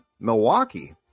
Milwaukee